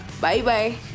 Bye-bye